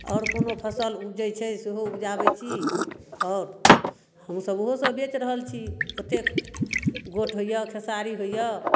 आओर कोनो फसल उपजै छै सेहो उपजाबै छी आओर हमसभ ओहोसभ बेचि रहल छी ओतेक गोट होइए खेसारी होइए